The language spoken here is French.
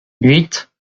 huit